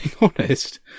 honest